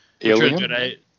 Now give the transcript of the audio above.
Alien